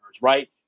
right